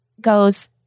goes